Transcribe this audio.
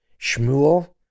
Shmuel